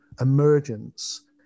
emergence